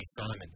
Simon